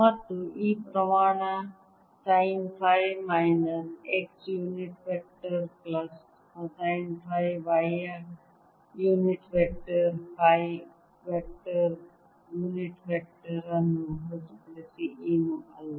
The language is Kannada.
ಮತ್ತು ಈ ಪ್ರಮಾಣ sine phi minus x unit vector plus cosine phi y unit vector phi vector unit vector ಅನ್ನು ಹೊರತುಪಡಿಸಿ ಏನೂ ಅಲ್ಲ